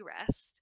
rest